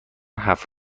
هفت